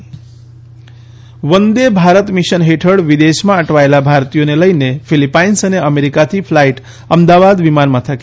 Vande Bharat Ahmedabad Vande Bharat mission હેઠળ વિદેશમાં અટવાયેલા ભારતીયોને લઇને ફિલિપાઇન્સ અને અમેરિકાથી ફ્લાઇટ અમદાવાદ વિમાનમથકે આવી છે